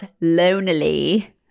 lonely